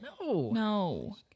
No